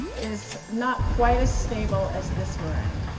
is not quite as stable as this meringue.